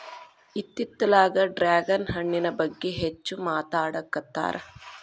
ಇತ್ತಿತ್ತಲಾಗ ಡ್ರ್ಯಾಗನ್ ಹಣ್ಣಿನ ಬಗ್ಗೆ ಹೆಚ್ಚು ಮಾತಾಡಾಕತ್ತಾರ